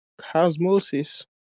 Cosmosis